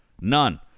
none